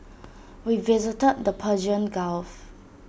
we visited the Persian gulf